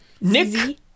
Nick